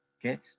Okay